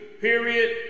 Period